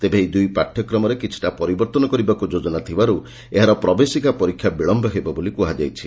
ତେବେ ଏହି ଦୂଇ ପାଠ୍ୟକ୍ରମରେ କିଛିଟା ପରିବର୍ଉନ କରିବାକୁ ଯୋଜନା ଥିବାରୁ ଏହାର ପ୍ରବେଶିକା ପରୀକ୍ଷା ବିଳମ୍ୟ ହେବ ବୋଲି କ୍ହାଯାଇଛି